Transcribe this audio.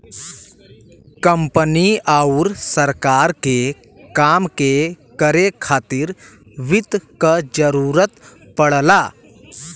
company आउर सरकार के काम के करे खातिर वित्त क जरूरत पड़ला